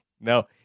No